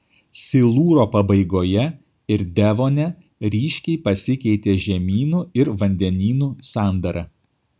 silūro pabaigoje ir devone ryškiai pasikeitė žemynų ir vandenynų sandara